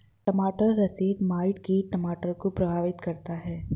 टमाटर russet mite कीट टमाटर को प्रभावित करता है